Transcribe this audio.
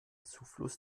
zufluss